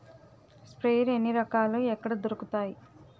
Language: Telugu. స్ప్రేయర్ ఎన్ని రకాలు? ఎక్కడ దొరుకుతాయి?